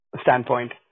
standpoint